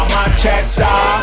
Manchester